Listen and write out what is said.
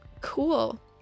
cool